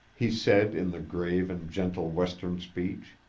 he said in the grave and gentle western speech,